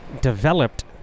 developed